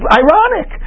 ironic